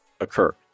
occur